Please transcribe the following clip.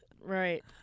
Right